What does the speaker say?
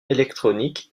électronique